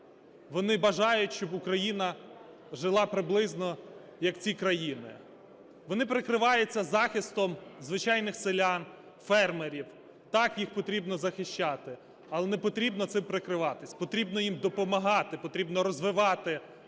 вони бажають, щоб Україна жила приблизно, як ці країни. Вони прикриваються захистом звичайних селян, фермерів. Так, їх потрібно захищати. Але не потрібно цим прикриватися, потрібно їм допомагати, потрібно розвивати наш